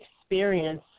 experience